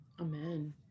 Amen